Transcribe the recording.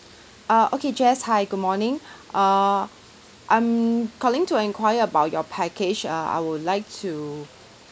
uh okay jess hi good morning err I'm calling to enquire about your package uh I would like to